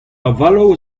avaloù